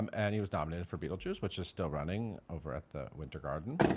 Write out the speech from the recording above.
um and he was nominated for beetlejuice which is still running over at the winter garden.